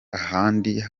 ahandi